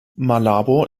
malabo